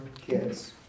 kids